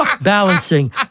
balancing